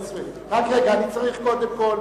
ההסתייגות לסעיף 11 לא נתקבלה.